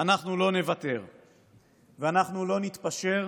אנחנו לא נוותר ואנחנו לא נתפשר.